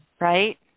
Right